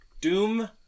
Doom